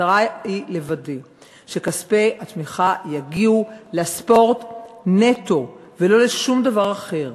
הכוונה היא לוודא שכספי תמיכה יגיעו לספורט נטו ולא לשום דבר אחר.